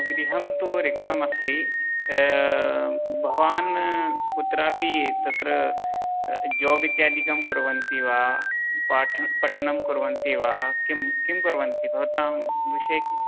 गृहं तु रिक्तम् अस्ति भवान् कुत्रापि तत्र जोब् इत्यादिकं कुर्वन्ति वा पाठ् पठनं कुर्वन्ति वा किं कुर्वन्ति भवतां विषये